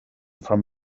from